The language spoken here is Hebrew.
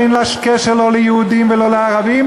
שאין לה קשר לא ליהודים ולא לערבים,